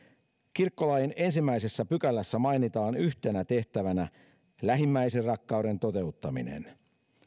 kirkkolain ensimmäisessä pykälässä mainitaan yhtenä tehtävänä lähimmäisenrakkauden toteuttaminen